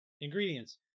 ingredients